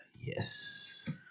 Yes